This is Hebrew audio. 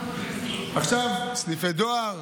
עכשיו, סניפי דואר,